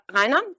Rainer